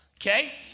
Okay